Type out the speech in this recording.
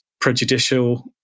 prejudicial